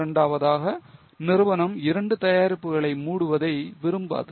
இரண்டாவதாக நிறுவனம் 2 தயாரிப்புகளை மூடுவதை விரும்பாது